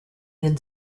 then